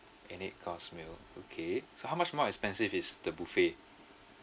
an eight course meal okay so how much more expensive is the buffet